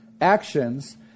actions